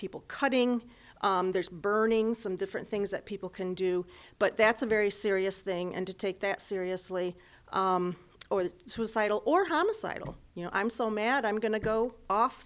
people cutting there's burning some different things that people can do but that's a very serious thing and to take that seriously or suicidal or homicidal you know i'm so mad i'm going to go off